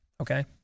Okay